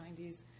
90s